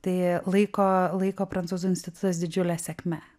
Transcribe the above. tai laiko laiko prancūzų institutas didžiule sėkme